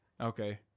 Okay